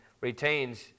retains